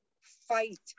fight